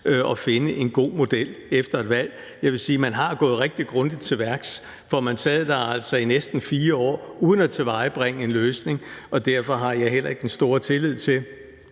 og finde en god model efter et valg. Jeg vil sige, man har gået rigtig grundigt til værks, for man sad der altså i næsten 4 år uden at tilvejebringe en løsning. Og derfor har jeg heller ikke den store tillid til,